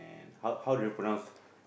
how how do you pronounce